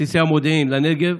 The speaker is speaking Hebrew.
בסיסי המודיעין לנגב